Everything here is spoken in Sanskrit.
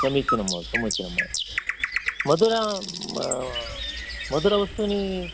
समीचीनं समीचीनं महोदय मधुर मधुरवस्तूनि